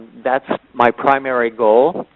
that's my primary goal.